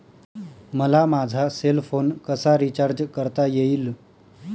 मला माझा cell phone कसा रिचार्ज करता येईल?